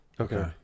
Okay